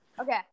Okay